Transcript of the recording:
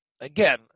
Again